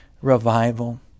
revival